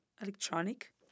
Electronic